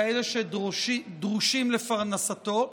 כאלה שדרושים לפרנסתו.